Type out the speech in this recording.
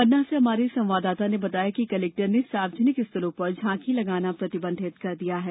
पन्ना से हमारे संवाददाता ने बताया है कि कलेक्टर ने सार्वजनिक स्थलों पर झांकी लगाना प्रतिबंधित किया है